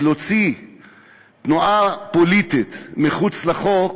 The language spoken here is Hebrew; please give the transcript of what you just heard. על להוציא תנועה פוליטית אל מחוץ לחוק,